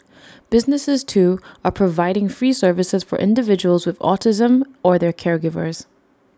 businesses too are providing free services for individuals with autism or their caregivers